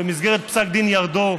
במסגרת פסק דין ירדור,